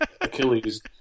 Achilles